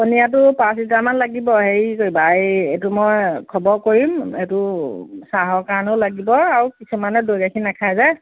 পনীয়াটো পাঁচ লিটাৰমান লাগিব হেৰি কৰিবা এই এইটো মই খবৰ কৰিম এইটো চাহৰ কাৰণেও লাগিব আৰু কিছুমানে দৈ গাখীৰ নাখায় যে